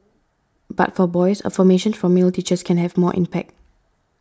but for boys affirmation from male teachers can have more impact